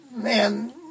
man